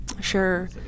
Sure